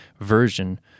version